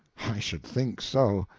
i should think so.